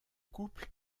couple